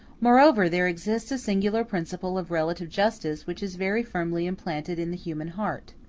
moreover, there exists a singular principle of relative justice which is very firmly implanted in the human heart.